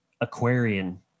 Aquarian